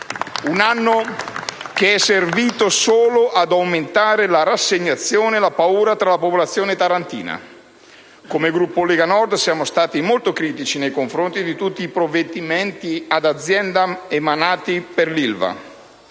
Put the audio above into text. Un anno che è servito solo ad aumentare la rassegnazione e la paura tra la popolazione tarantina. Come Gruppo Lega Nord, siamo stati molto critici nei confronti di tutti i provvedimenti "ad aziendam" emanati per l'Ilva,